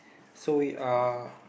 so we are